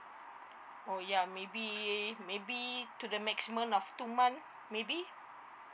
oh ya maybe maybe to the maximum of two month maybe